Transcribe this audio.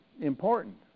important